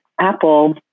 Apple